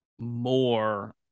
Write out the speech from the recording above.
more